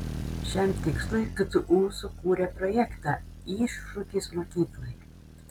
šiam tikslui ktu sukūrė projektą iššūkis mokyklai